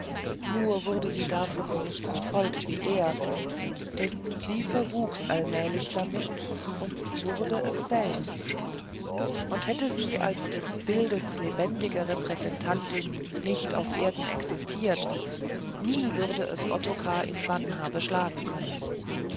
nur wurde sie davon nicht verfolgt wie er denn sie verwuchs allmählich damit und wurde es selbst und hätte sie als des bildes lebendige repräsentantin nicht auf erden existiert nie würde es ottokar in bann haben schlagen können